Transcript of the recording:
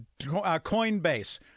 Coinbase